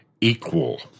equal